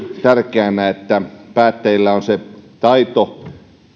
tärkeänä että päättäjillä on taito